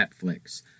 Netflix